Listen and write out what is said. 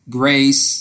grace